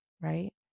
right